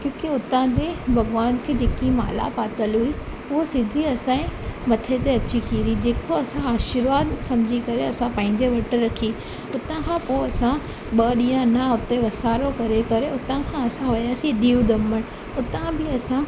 क्योकी हुतां जे भॻिवान खे जेकी माला पातल हुई हो सिधी असांजे मथे ते अची किरी जेको असां आर्शिवाद सम्झी करे असां पंहिंजे वटि रखी हुतां खां पोइ असां ॿ ॾींहं अञा हुते वसारो करे करे उता खां असां वियासीं दीव दमण हुतां खां बि असां